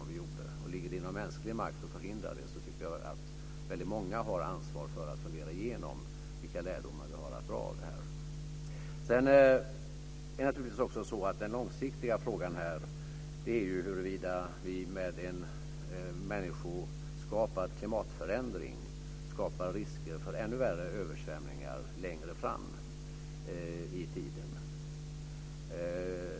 Ligger det inom mänsklig makt att förhindra detta, tycker jag att många har ansvar för att fundera igenom vilka lärdomar som kan dras av detta. Den långsiktiga frågan är huruvida vi med en människoskapad klimatförändring skapar risker för ännu värre översvämningar längre fram i tiden.